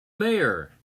mayor